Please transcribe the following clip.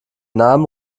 namen